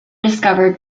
discovered